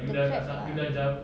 the crab ah